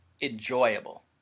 enjoyable